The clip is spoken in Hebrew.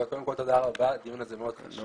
קודם כל תודה רבה, הדיון הזה מאוד חשוב.